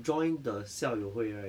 join the 校友会 right